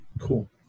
Cool